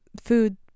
food